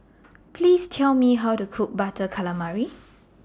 Please Tell Me How to Cook Butter Calamari